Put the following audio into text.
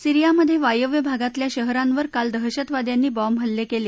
सीरियामधे वायव्य भागातल्या शहरांवर काल दहशतवाद्यांनी बॉम्बहल्ले केले